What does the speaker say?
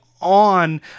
on